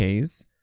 Ks